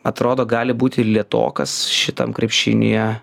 atrodo gali būti lėtokas šitam krepšinyje